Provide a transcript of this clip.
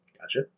Gotcha